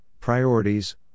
priorities